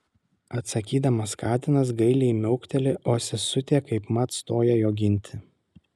atsakydamas katinas gailiai miaukteli o sesutė kaipmat stoja jo ginti